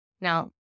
Now